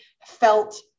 felt